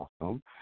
awesome